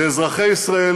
אזרחי ישראל,